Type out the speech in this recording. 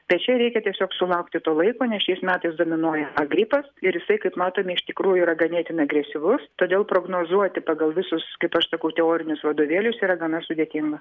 tai čia reikia tiesiog sulaukti to laiko nes šiais metais dominuoja a gripas ir jisai kaip matome iš tikrųjų yra ganėtinai agresyvus todėl prognozuoti pagal visus kaip aš sakau teorinius vadovėlius yra gana sudėtinga